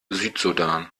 südsudan